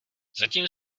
zatím